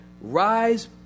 rise